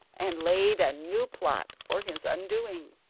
and laid a new plot for his undoing.